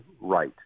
right